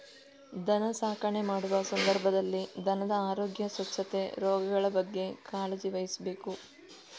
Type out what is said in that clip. ದನ ಸಾಕಣೆ ಮಾಡುವ ಸಂದರ್ಭದಲ್ಲಿ ದನದ ಆರೋಗ್ಯ, ಸ್ವಚ್ಛತೆ, ರೋಗಗಳ ಬಗ್ಗೆ ಕಾಳಜಿ ವಹಿಸ್ಬೇಕು